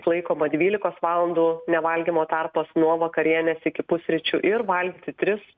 laikoma dvylikos valandų nevalgymo tarpas nuo vakarienės iki pusryčių ir valgyti tris